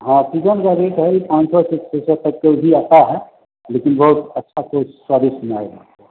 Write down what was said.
हाँ चिकन का रेट है ये पाँच सौ से छः सौ तक के ही आता है लेकिन बहुत अच्छा कोई स्वाद इसमें आएगा आपको